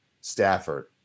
Stafford